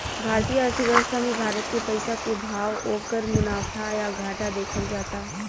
भारतीय अर्थव्यवस्था मे भारत के पइसा के भाव, ओकर मुनाफा या घाटा देखल जाता